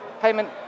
payment